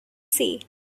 say